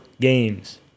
games